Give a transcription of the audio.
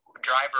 driver